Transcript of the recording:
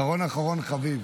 אחרון אחרון חביב,